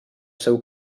seu